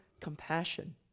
compassion